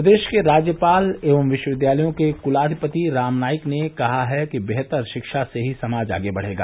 प्रदेश के राज्यपाल एवं विश्व विद्यालयों के कुलाधिपति राम नाईक ने कहा है कि बेहतर शिक्षा से ही समाज आगे बढ़ेगा